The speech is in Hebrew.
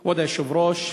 כבוד היושב-ראש,